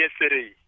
yesterday